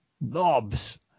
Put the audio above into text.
nobs